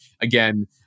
again